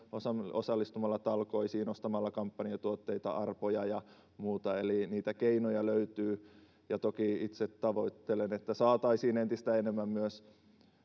osallistumalla talkoisiin ostamalla kampanjatuotteita arpoja ja muuta eli niitä keinoja löytyy ja toki itse tavoittelen sitä että saataisiin entistä enemmän myös